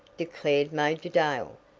declared major dale.